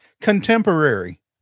contemporary